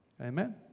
Amen